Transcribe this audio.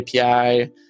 API